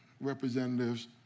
representatives